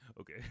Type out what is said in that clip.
Okay